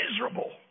Miserable